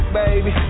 baby